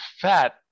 fat